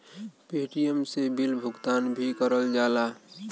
Paytm से bill भुगतान भी करल जाला